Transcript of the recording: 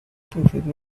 perfect